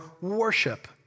worship